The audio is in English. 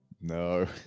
No